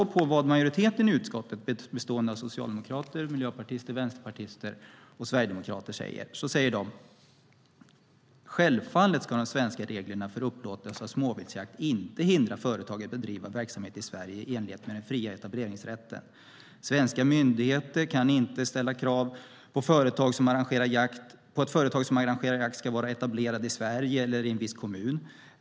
Majoriteten i utskottet, bestående av socialdemokrater, miljöpartister, vänsterpartister och sverigedemokrater, säger: "Självfallet ska de svenska reglerna för upplåtelse av småviltsjakt inte hindra företag att bedriva verksamhet i Sverige i enlighet med den fria etableringsrätten. Svenska myndigheter kan inte ställa krav på att företag som arrangerar jakt ska vara etablerade i Sverige eller i en viss kommun.